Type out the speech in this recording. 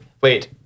Wait